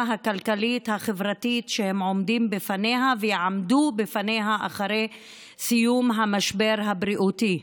הכלכלית-חברתית שהם עומדים בפניה ויעמדו בפניה אחרי סיום המשבר הבריאותי.